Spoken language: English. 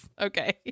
Okay